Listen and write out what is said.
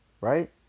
right